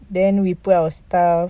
then we put our stuff